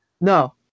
No